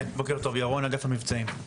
בוקר טוב, ירון אגף המבצעים.